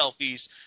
selfies